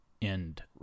end